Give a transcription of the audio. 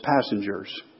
passengers